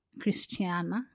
Christiana